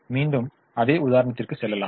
மீண்டும் அதே உதாரணத்திற்கு செல்லலாம்